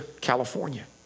California